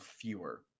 fewer